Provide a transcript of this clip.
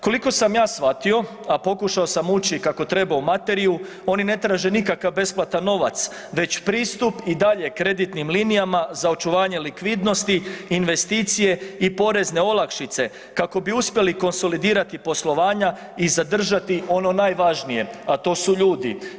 Koliko sam ja shvatio, a pokušao sam ući kako treba u materiju, oni ne traže nikakav besplatan novac već pristup i dalje kreditnim linijama za očuvanje likvidnosti, investicije i porezne olakšice kako bi uspjeli konsolidirati poslovanja i zadržati ono najvažnije, a to su ljudi.